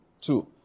Two